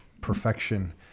perfection